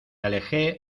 alejé